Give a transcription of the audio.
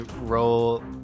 roll